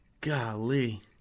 Golly